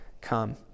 come